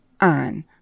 on